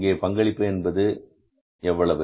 இங்கே பங்களிப்பு எவ்வளவு